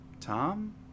Tom